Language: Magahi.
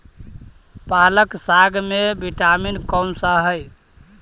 पालक साग में विटामिन कौन सा है?